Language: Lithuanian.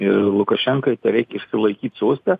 ir lukašenkai tereik išsilaikyt soste